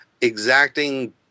exacting